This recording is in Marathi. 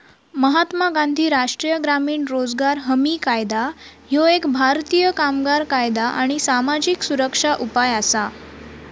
महात्मा गांधी राष्ट्रीय ग्रामीण रोजगार हमी कायदा ह्यो एक भारतीय कामगार कायदा आणि सामाजिक सुरक्षा उपाय असा